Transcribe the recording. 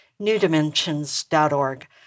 newdimensions.org